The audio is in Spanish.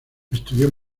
estudió